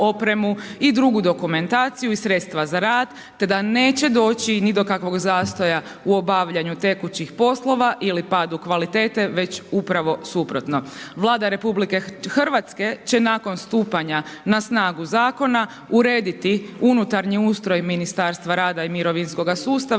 i drugu dokumentaciju i sredstva za rad te da neće doći ni do kakvog zastoja u obavljaju tekućih poslova ili padu kvalitete, već upravo suprotno. Vlada RH će nakon stupanja na snagu Zakona, urediti unutarnji ustroj Ministarstva rada i mirovinskoga sustava